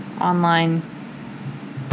online